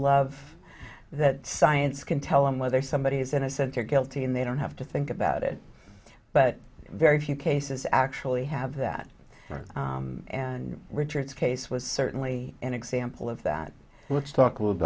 love that science can tell them whether some he's innocent or guilty and they don't have to think about it but very few cases actually have that right and richard's case was certainly an example of that let's talk a little